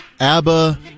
ABBA